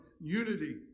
unity